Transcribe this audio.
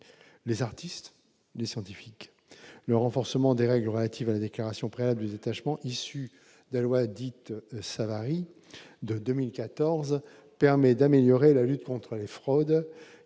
encore les scientifiques. Le renforcement des règles relatives à la déclaration préalable de détachement issu de la loi dite « Savary » du 10 juillet 2014 permet d'améliorer la lutte contre les fraudes